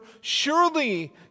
surely